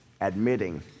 admitting